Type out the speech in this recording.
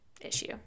issue